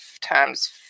times